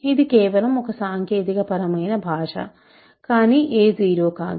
ఇది కేవలం ఒక సాంకేతికపరమైన భాష కానీ a 0 కాదు